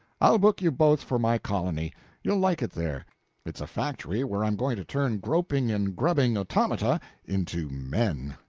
i'll book you both for my colony you'll like it there it's a factory where i'm going to turn groping and grubbing automata into men.